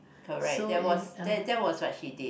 correct that was that was what she did